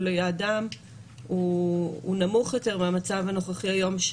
ליעדם הוא נמוך יותר מהמצב הנוכחי היום,